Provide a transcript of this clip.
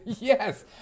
Yes